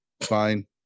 fine